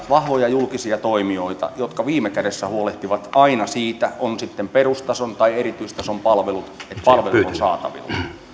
vahvoja julkisia toimijoita jotka viime kädessä huolehtivat aina siitä on sitten kyseessä perustason tai erityistason palvelut että palvelut ovat saatavilla